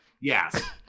Yes